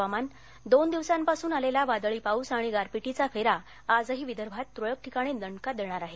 हवामान दोन दिवसांपासून आलेला वादळीपाऊस आणि गारपिटीचा फेरा आजही विदर्भात तुरळक ठिकाणी दणका देणार आहे